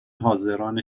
حاضران